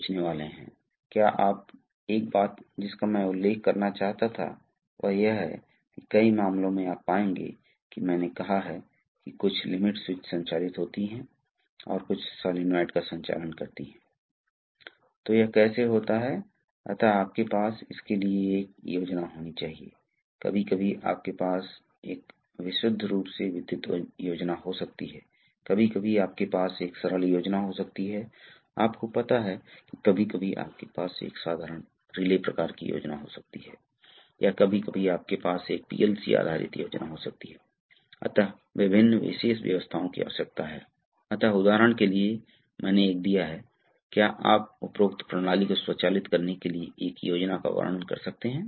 हमने यह भी देखा है कि एक प्रभावी प्रणाली बनाने के लिए हमें विभिन्न प्रकार के घटकों की आवश्यकता होती है हमें तरल पदार्थ की आवश्यकता होती है हमें रेखाओं की आवश्यकता होती है हमें छत की आवश्यकता होती है हमें निश्चित रूप से हमें पंपों और एक्चुएटर की जरूरत है मोटर प्रवाह को करती है हमे द्रव्य के प्रवाह को नियंत्रित करने की भी आवश्यकता है हमें विभिन्न प्रकार के वाल्वों की आवश्यकता होती है और वाल्वों के बीच कुछ वाल्व होते हैं जो प्रवाह की दिशा को नियंत्रित करते हैं और कुछ वाल्व होते हैं जो दबाव और प्रवाह को नियंत्रित करते हैं